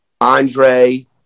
Andre